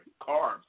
Carbs